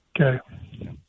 Okay